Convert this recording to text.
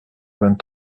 vingt